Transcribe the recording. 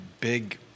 big